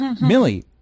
Millie